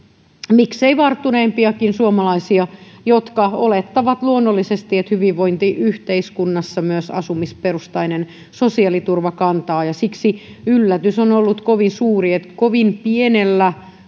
miksei varttuneempiakin suomalaisia jotka olettavat luonnollisesti että hyvinvointiyhteiskunnassa asumisperusteinen sosiaaliturva kantaa siksi yllätys on ollut kovin suuri että kovin pienellä